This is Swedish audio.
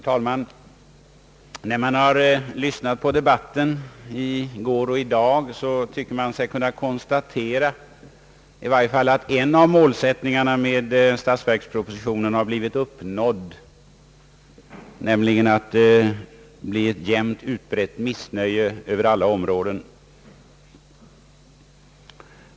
Herr talman! När man lyssnat på debatten i går och i dag har man tyckt sig kunna konstatera att i varje fall en av målsättningarna med statsverkspropositionen har blivit uppnådd, nämligen att det blir ett jämnt utbrett missnöje över alla områden.